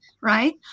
right